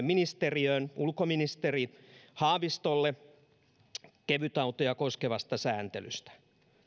ministeriöön ulkoministeri haavistolle kevytautoja koskevasta sääntelystä